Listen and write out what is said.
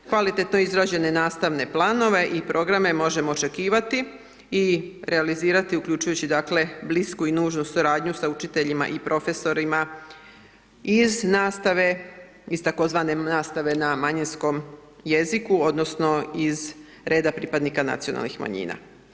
Kvalitetno izrađene nastavne planove i programe možemo očekivati i realizirati uključujući dakle, blisku i nužnu suradnju sa učiteljima i profesorima iz nastave, iz tako zvane nastave na manjinskom jeziku odnosno iz reda pripadnika nacionalnih manjina.